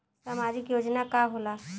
सामाजिक योजना का होला?